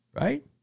right